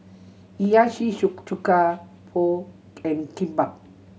Hiyashi Chuka Pho and Kimbap